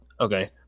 Okay